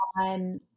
on